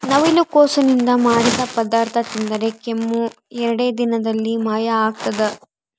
ನವಿಲುಕೋಸು ನಿಂದ ಮಾಡಿದ ಪದಾರ್ಥ ತಿಂದರೆ ಕೆಮ್ಮು ಎರಡೇ ದಿನದಲ್ಲಿ ಮಾಯ ಆಗ್ತದ